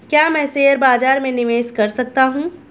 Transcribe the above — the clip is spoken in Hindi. क्या मैं शेयर बाज़ार में निवेश कर सकता हूँ?